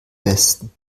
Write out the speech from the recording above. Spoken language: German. westen